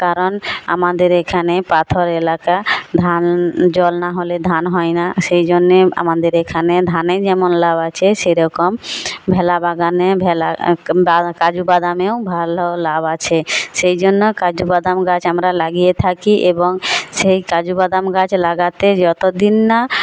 কারণ আমাদের এখানে পাথর এলাকা ধান জল না হলে ধান হয় না সেই জন্যে আমাদের এখানে ধানে যেমন লাভ আছে সেরকম ভেলা বাগানে ভেলা বা কাজুবাদামেও ভালো লাভ আছে সেই জন্য কাজুবাদাম গাছ আমরা লাগিয়ে থাকি এবং সেই কাজুবাদাম গাছ লাগাতে যত দিন না